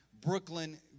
Brooklyn